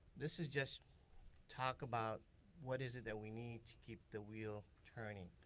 this is just talk about what is that that we need to keep the wheel turning.